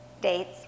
dates